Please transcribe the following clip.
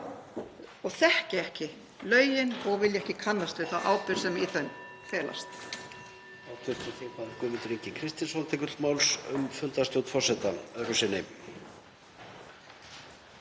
þekkja ekki lögin og vilja ekki kannast við þá ábyrgð sem í þeim felast.